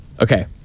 Okay